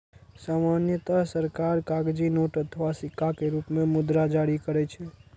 सामान्यतः सरकार कागजी नोट अथवा सिक्का के रूप मे मुद्रा जारी करै छै